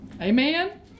Amen